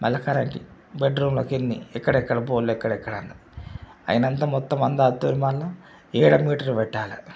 మళ్ళా కరంటు బెడ్రూంలోకి ఎన్ని ఎక్కడెక్కడ పోల్లు ఎక్కడెక్కడ ఉన్నది అయినాక మొత్తం అంతటా వాల్ ఏడు ఆరు మీటర్లు పెట్టాలి